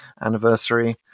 anniversary